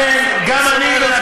גם אני,